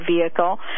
vehicle